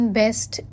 best